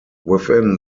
within